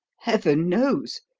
heaven knows.